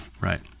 Right